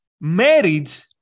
Marriage